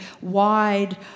wide